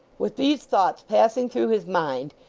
with these thoughts passing through his mind,